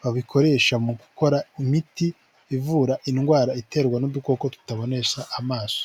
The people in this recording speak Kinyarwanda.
babikoresha mu gukora imiti ivura indwara iterwa n'udukoko tutabonesha amaso.